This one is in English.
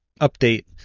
update